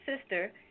sister